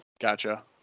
Gotcha